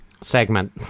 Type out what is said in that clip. segment